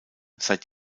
seit